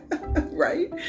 Right